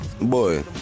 Boy